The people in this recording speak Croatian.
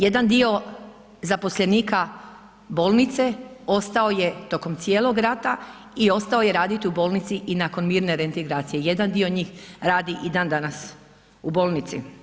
Jedan dio zaposlenika bolnice ostao je tokom cijelog rata i ostao je raditi u bolnici i nakon mirne reintegracije, jedan dio njih radi i dan danas u bolnici.